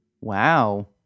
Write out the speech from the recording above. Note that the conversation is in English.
Wow